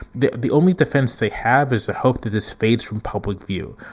the the only defense they have is the hope that this fades from public view.